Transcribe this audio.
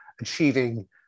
achieving